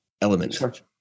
element